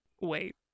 wait